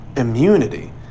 immunity